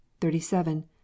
thirty-seven